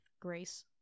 grace